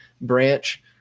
branch